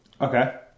Okay